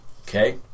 okay